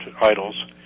idols